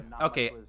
okay